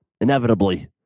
Inevitably